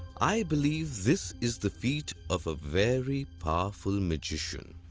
i believe this is the feat of a very powerful magician.